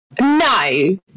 No